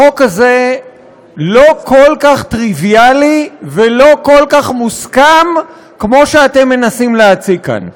החוק הזה לא כל כך טריוויאלי ולא כל כך מוסכם כמו שאתם מנסים להציג כאן.